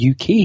UK